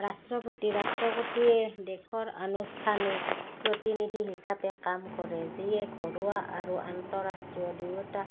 ৰাষ্ট্ৰপতি ৰাষ্ট্ৰপতিয়ে দেশৰ আনুষ্ঠানিক প্ৰতিনিধি হিচাপে কাম কৰে যিয়ে ঘৰুৱা আৰু আন্তঃৰাষ্ট্ৰীয় দুয়োটা